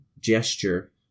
gesture